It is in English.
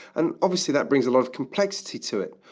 and obviously that brings a lot of complexity to it.